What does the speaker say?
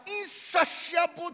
insatiable